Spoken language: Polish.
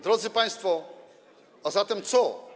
Drodzy państwo, a zatem co?